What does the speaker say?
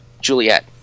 Juliet